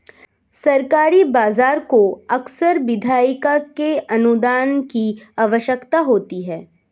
सरकारी बजट को अक्सर विधायिका के अनुमोदन की आवश्यकता होती है